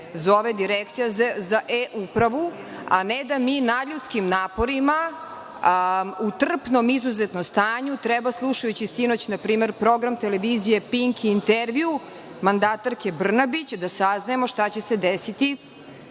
zove Direkcija za E-upravu, a ne da mi nadljudskim naporima, u trpnom stanju, slušajući sinoć, na primer, program televizije „Pink“ intervju mandatarke Brnabić, saznajemo šta će se desiti